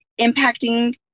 impacting